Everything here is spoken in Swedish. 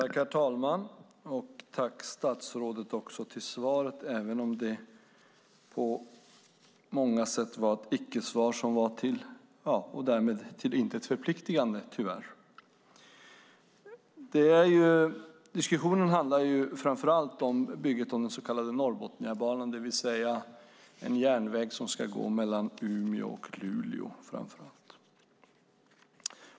Herr talman! Tack, statsrådet, för svaret, även om det på många sätt var ett icke-svar, tyvärr till intet förpliktande! Diskussionen handlar framför allt om bygget av den så kallade Norrbotniabanan, det vill säga en järnväg som ska gå mellan i första hand Umeå och Luleå.